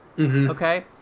Okay